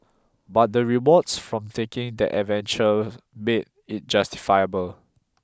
but the rewards from taking that adventure made it justifiable